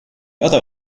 other